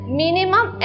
minimum